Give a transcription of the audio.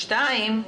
שתיים,